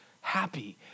happy